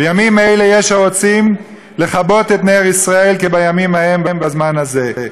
בימים אלה יש הרוצים לכבות את נר ישראל כבימים ההם בזמן הזה.